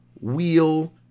wheel